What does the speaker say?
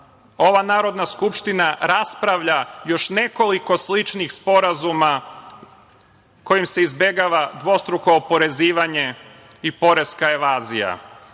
ova Narodna skupština raspravlja još nekoliko sličnih sporazuma kojim se izbegava dvostruko oporezivanje i poreska evazija. Dakle,